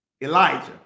Elijah